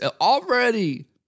already